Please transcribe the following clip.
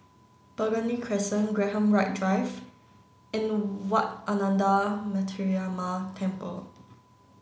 Burgundy Crescent Graham White Drive and Wat Ananda Metyarama Temple